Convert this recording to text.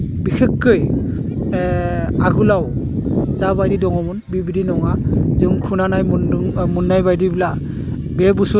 बेसेक्कै आगोलाव जा बायदि दङमोन बेबादि नङा जों खोनानाय मुन्दों मोन्नाय बायदिब्ला बे बोसोराव